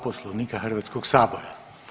Poslovnika Hrvatskog sabora.